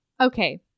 Okay